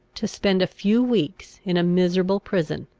to spend a few weeks in a miserable prison,